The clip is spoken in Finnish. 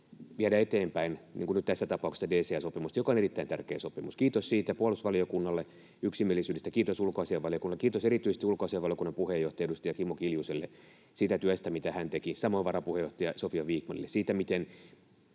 viedä eteenpäin, niin kuin nyt tässä tapauksessa DCA-sopimusta, joka on erittäin tärkeä sopimus. Kiitos puolustusvaliokunnalle yksimielisyydestä, kiitos ulkoasiainvaliokunnalle. Kiitos erityisesti ulkoasiainvaliokunnan puheenjohtaja, edustaja Kimmo Kiljuselle siitä työstä, mitä hän teki, samoin varapuheenjohtaja Sofia Vikmanille siitä, miten